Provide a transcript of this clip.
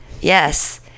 yes